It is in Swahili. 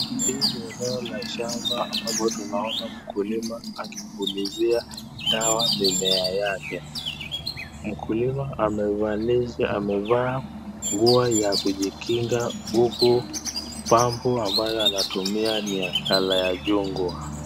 hii ni eneo la shamba ambapo tunaona mkulima akipulizia dawa mimea yake. Mkulima amevalia amevaa nguo ya kujikinga huku pampu ambayo anatumia ni ya color ya chungwa.